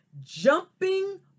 jumping